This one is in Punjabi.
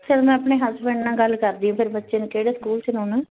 ਚੱਲ ਮੈਂ ਆਪਣੇ ਹਸਬੈਂਡ ਨਾਲ ਗੱਲ ਕਰਦੀ ਫਿਰ ਬੱਚੇ ਨੂੰ ਕਿਹੜੇ ਸਕੂਲ 'ਚ ਲਗਾਉਣਾ